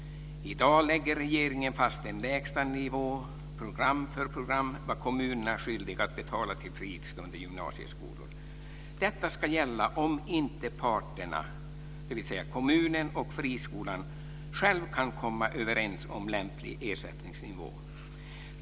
I dag lägger regeringen fast en lägsta nivå, program för program, för vad kommunerna är skyldiga att betala till fristående gymnasieskolor. Detta ska gälla om inte parterna, kommunen och friskolan, själva kan komma överens om lämplig ersättningsnivå.